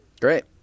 Great